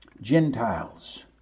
Gentiles